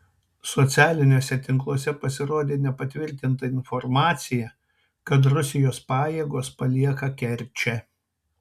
socialiniuose tinkluose pasirodė nepatvirtinta informacija kad rusijos pajėgos palieka kerčę